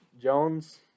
Jones